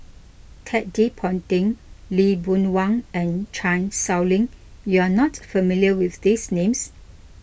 Ted De Ponti Lee Boon Wang and Chan Sow Lin you are not familiar with these names